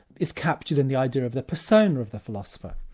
is captured in the idea of the persona of the philosopher.